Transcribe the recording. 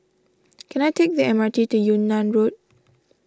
can I take the M R T to Yunnan Road